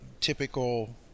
typical